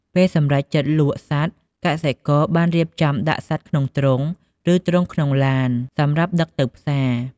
ពេលសម្រេចចិត្តលក់សត្វ កសិករបានរៀបចំដាក់សត្វក្នុងទ្រុង ឬទ្រុងក្នុងឡាន សម្រាប់ដឹកទៅផ្សារ។